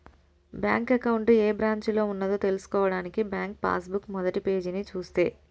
bank account ఏ బ్రాంచిలో ఉన్నదో తెల్సుకోవడానికి బ్యాంకు పాస్ బుక్ మొదటిపేజీని చూస్తే